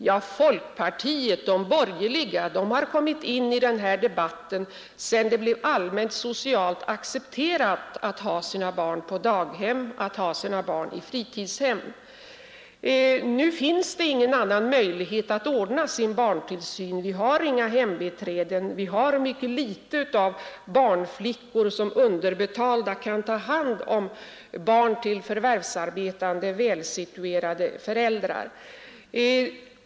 Ja, folkpartiet och de borgerliga har kommit in i den här debatten sedan det blivit allmänt socialt accepterat att ha sina barn på daghem och fritidshem. Nu finns det ingen annan möjlighet att ordna sin barntillsyn. Vi har inga hembiträden, vi har mycket litet av barnflickor som underbetalda kan ta hand om barn till förvärvsarbetande, välsituerade föräldrar.